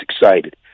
excited